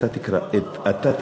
אתה תקרא את